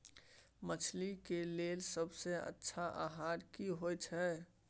मछली के लेल सबसे अच्छा आहार की होय छै?